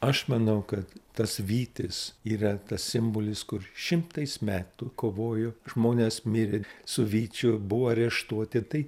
aš manau kad tas vytis yra tas simbolis kur šimtais metų kovojo žmonės mirė su vyčiu buvo areštuoti tai